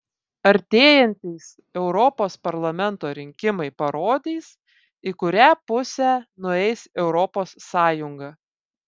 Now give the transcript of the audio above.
artėjantys europos parlamento rinkimai parodys į kurią pusę nueis europos sąjunga